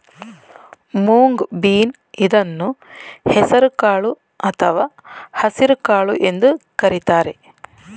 moong bean ಇದನ್ನು ಹೆಸರು ಕಾಳು ಅಥವಾ ಹಸಿರುಕಾಳು ಎಂದು ಕರಿತಾರೆ